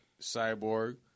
Cyborg